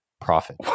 profit